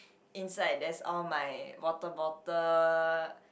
inside there's all my water bottle